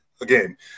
Again